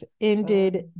ended